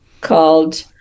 called